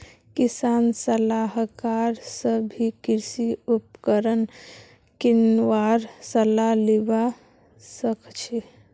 किसान सलाहकार स भी कृषि उपकरण किनवार सलाह लिबा सखछी